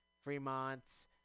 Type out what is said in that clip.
Fremont